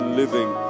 living